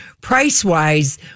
price-wise